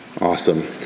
Awesome